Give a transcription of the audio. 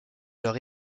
leur